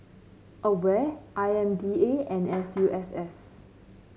Aware I M D A and S U S S